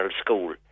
school